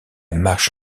marche